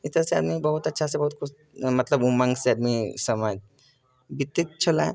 एक तरहसँ आदमी बहुत अच्छासँ बहुत खुश मतलब उमङ्गसँ आदमी समय बितैत छलै